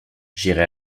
j’irai